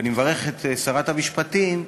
ואני מברך את שרת המשפטים,